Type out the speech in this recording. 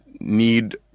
need